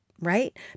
right